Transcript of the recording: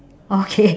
okay